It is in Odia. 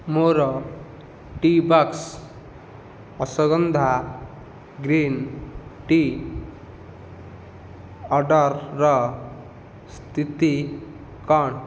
ମୋ'ର ଟି'ବକ୍ସ ଅଶ୍ଵଗନ୍ଧା ଗ୍ରୀନ୍ ଟି ଅର୍ଡ଼ର୍ର ସ୍ଥିତି କ'ଣ